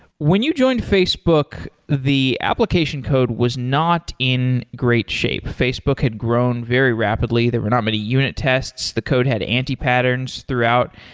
when you joined facebook, the application code was not in great shape. facebook had grown very rapidly. they were not many unit tests. the code had anti-patterns throughout.